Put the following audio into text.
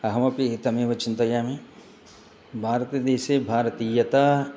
अहमपि तमेव चिन्तयामि भारतदेशे भारतीयता